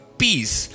peace